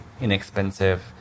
inexpensive